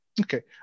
Okay